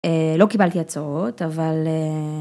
לא קיבלתי הצעות אבל.